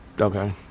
Okay